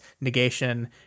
Negation